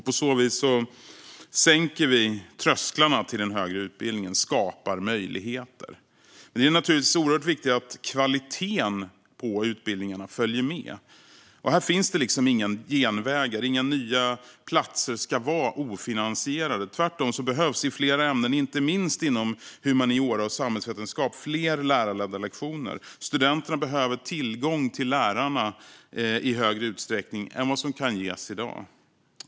På så vis sänker vi trösklarna till den högre utbildningen och skapar möjligheter. Det är naturligtvis oerhört viktigt att kvaliteten på utbildningarna följer med. Här finns det inga genvägar. Inga nya platser ska vara ofinansierade. Tvärtom behövs i flera ämnen, inte minst inom humaniora och samhällsvetenskap, fler lärarledda lektioner. Studenterna behöver tillgång till lärarna i större utsträckning än vad de har i dag.